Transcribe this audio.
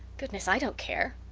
goodness, i don't care.